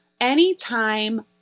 Anytime